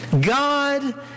God